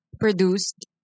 produced